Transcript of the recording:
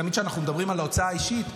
תמיד כשאנחנו מדברים על ההוצאה האישית,